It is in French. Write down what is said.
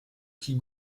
qui